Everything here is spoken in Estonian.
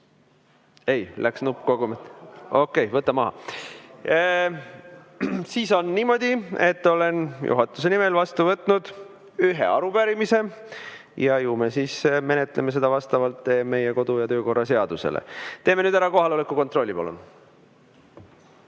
Ei? Läks nupp kogemata ... Okei, võta maha. Siis on niimoodi, et olen juhatuse nimel vastu võtnud ühe arupärimise ja me menetleme seda vastavalt meie kodu‑ ja töökorra seadusele. Teeme nüüd kohaloleku kontrolli.